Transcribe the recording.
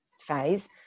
phase